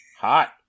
Hot